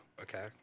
okay